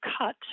cut